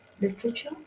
literature